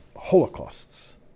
holocausts